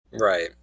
Right